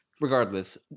regardless